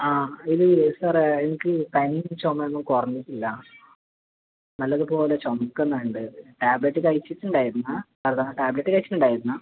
ആ ഇല്ലില്ല സാറേ എനിക്ക് പനിയും ചുമയൊന്നും കുറഞ്ഞിട്ടില്ല നല്ലത് പോലെ ചുമക്കുന്നുണ്ട് ടാബ്ലറ്റ് കഴിച്ചിട്ടുണ്ടായിരുന്നു ടാബ്ലറ്റ് കഴിച്ചിട്ടുണ്ടായിരുന്നു